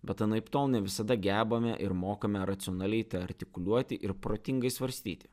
bet anaiptol ne visada gebame ir mokame racionaliai artikuliuoti ir protingai svarstyti